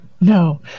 No